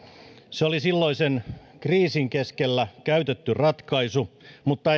se oli silloisen kriisin keskellä käytetty ratkaisu mutta